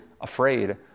afraid